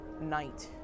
night